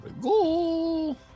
go